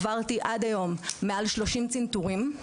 עברתי עד היום מעל 30 צנתורים,